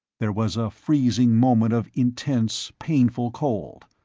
there was a freezing moment of intense, painful cold.